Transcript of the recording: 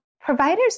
providers